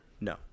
No